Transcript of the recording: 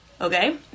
okay